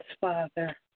Father